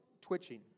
twitching